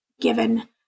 given